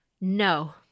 No